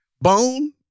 Bone